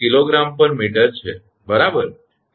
8 𝐾𝑔 𝑚 છે બરાબર